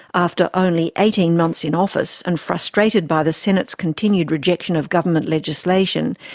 after only eighteen months in office and frustrated by the senate's continued rejection of government legislation,